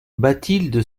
bathilde